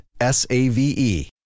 S-A-V-E